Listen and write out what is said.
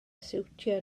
siwtio